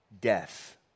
Death